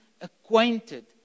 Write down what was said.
acquainted